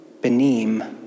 Benim